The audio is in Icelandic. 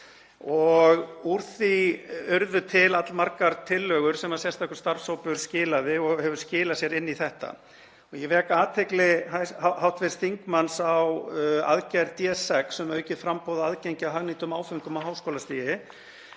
og úr því urðu til allmargar tillögur sem sérstakur starfshópur skilaði og hafa skilað sér inn í þetta. Ég vek athygli hv. þingmanns á aðgerð D.6 um aukið framboð og aðgengi að hagnýtum áföngum á háskólastigi